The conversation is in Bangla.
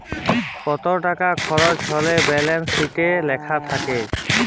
কত টাকা খরচা হচ্যে ব্যালান্স শিটে লেখা থাক্যে